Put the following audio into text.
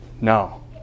No